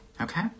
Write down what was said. okay